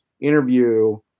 interview